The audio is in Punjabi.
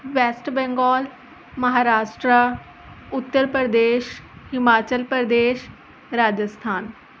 ਵੈਸਟ ਬੰਗੋਲ ਮਹਾਰਾਸ਼ਟਰਾ ਉੱਤਰ ਪ੍ਰਦੇਸ਼ ਹਿਮਾਚਲ ਪ੍ਰਦੇਸ਼ ਰਾਜਸਥਾਨ